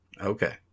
Okay